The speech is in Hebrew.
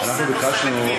כשאנחנו ביקשנו,